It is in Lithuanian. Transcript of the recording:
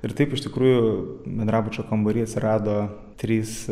ir taip iš tikrųjų bendrabučio kambary atsirado trys